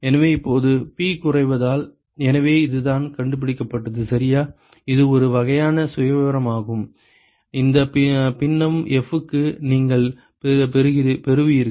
எனவே இப்போது P குறைவதால் எனவே இதுதான் கண்டுபிடிக்கப்பட்டது சரியா இது ஒரு வகையான சுயவிவரமாகும் இந்த பின்னம் F க்கு நீங்கள் பெறுவீர்கள்